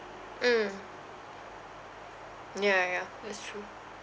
mm ya ya ya that's true